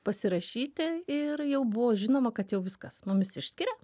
pasirašyti ir jau buvo žinoma kad jau viskas mumis išskiria